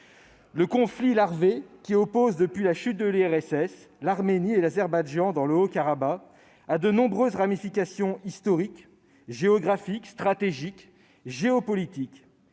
Le conflit larvé qui oppose, depuis la chute de l'URSS, l'Arménie et l'Azerbaïdjan dans le Haut-Karabagh a de nombreuses ramifications historiques, géographiques, stratégiques, géopolitiques,